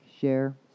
share